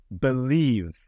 believe